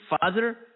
father